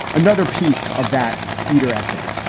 another piece of that etre essay,